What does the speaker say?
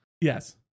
Yes